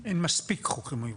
-- אין מספיק חוקרים מיומנים.